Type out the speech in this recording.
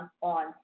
on